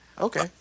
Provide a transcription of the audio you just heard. Okay